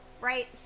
right